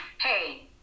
hey